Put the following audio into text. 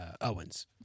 Owens